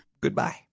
Goodbye